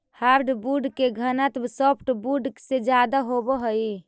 hardwood के घनत्व softwood से ज्यादा होवऽ हइ